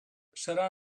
serà